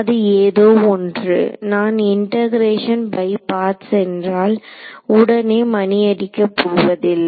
அது ஏதோ ஒன்று நான் இன்டெக்ரேஷன் பை பார்ட்ஸ் என்றால் உடனே மணி அடிக்கப் போவதில்லை